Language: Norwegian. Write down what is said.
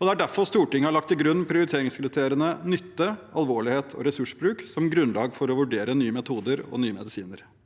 Det er derfor Stortinget har lagt til grunn prioriteringskriteriene nytte, alvorlighet og ressursbruk som grunnlag for å vurdere nye metoder og nye medisiner.